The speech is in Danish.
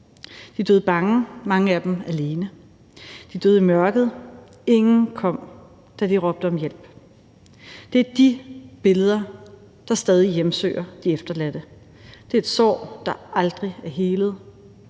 De blev bange, mange af dem var alene, de døde i mørket, ingen kom, da de råbte om hjælp. Det er de billeder, der stadig hjemsøger de efterladte. Det er et sår, der aldrig er helet,